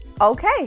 Okay